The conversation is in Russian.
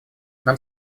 нам